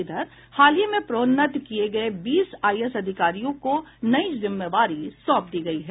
इधर हालही में प्रोन्नत किये गये बीस आईएस अधिकारियों को नई जिम्मेवारी सौंप दी गयी है